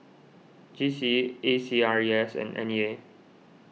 G C E A C R E S and N E A